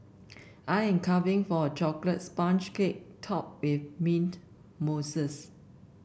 I am craving for a chocolate sponge cake topped with mint mousse